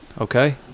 Okay